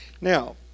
Now